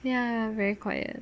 ya very quiet